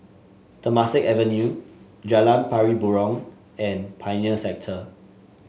Temasek Avenue Jalan Pari Burong and Pioneer Sector